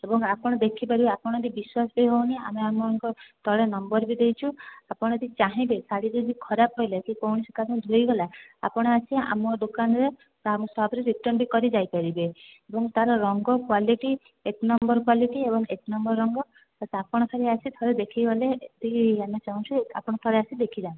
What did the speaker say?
ଏବଂ ଆପଣ ଦେଖି ପାରିବେ ଆପଣ ଯଦି ବିଶ୍ୱାସ ବି ହେଉନି ଆମେ ଆମ ଆପଣଙ୍କ ତଳେ ନମ୍ବର୍ ବି ଦେଇଛୁ ଆପଣ ଯଦି ଚାହିଁବେ ଶାଢ଼ୀ ଯଦି ଖରାପ ପାଇଲେ କି କୌଣସି କାରଣରୁ ଧୋଇଗଲା ଆପଣ ଆସି ଆମ ଦୋକାନରେ ବା ଆମ ସପ୍ରେ ରିଟର୍ନ୍ ବି କରିଯାଇ ପାରିବେ ଏବଂ ତା'ର ରଙ୍ଗ କ୍ଵାଲିଟି ଏକ ନମ୍ବର୍ କ୍ଵାଲିଟି ଏବଂ ଏକ ନମ୍ବର୍ ରଙ୍ଗ ତ ଆପଣ ଖାଲି ଆସି ଥରେ ଦେଖିଗଲେ ଏତିକି ଆମେ ଚାହୁଁଛୁ ଆପଣ ଥରେ ଆସି ଦେଖିଯାନ୍ତୁ